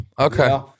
Okay